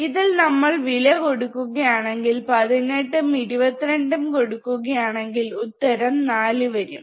ഇതിൽ നമ്മൾ വില കൊടുക്കുകയാണെങ്കിൽ പതിനെട്ടും 22 കൊടുക്കുകയാണെങ്കിൽ ഉത്തരം 4 വരും